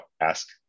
ask